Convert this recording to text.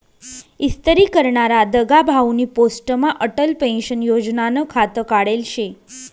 इस्तरी करनारा दगाभाउनी पोस्टमा अटल पेंशन योजनानं खातं काढेल शे